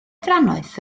drannoeth